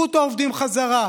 קחו את העובדים חזרה,